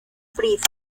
prisa